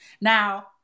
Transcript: Now